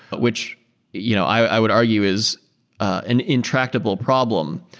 but which you know i would argue is an intractable problem.